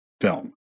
film